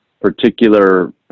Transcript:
particular